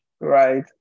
right